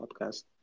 podcast